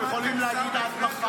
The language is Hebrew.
אתם יכולים להגיד עד מחר.